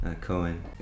Cohen